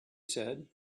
said